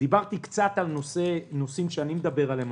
דיברתי קצת על נושאים שאני מדבר עליהם,